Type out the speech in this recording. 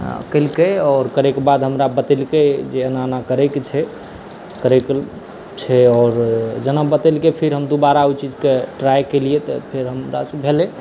केलकै आओर करैके बाद हमरा बतेलकै जे एना एना करैके छै करैके छै आओर जेना बतेलकै फेर हम दुबारा ओहि चीजके ट्राइ केलिए तऽ फेर हमरासँ भेलै